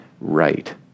Right